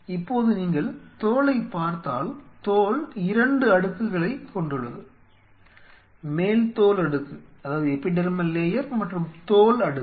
இப்போது நீங்கள் தோலைப் பார்த்தால் தோல் 2 அடுக்குகளைக் கொண்டுள்ளது மேல்தோல் அடுக்கு மற்றும் தோல் அடுக்கு